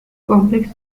complex